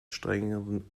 strengeren